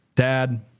Dad